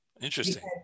Interesting